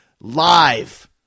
live